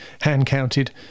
hand-counted